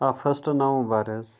آ first November حظ